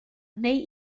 neu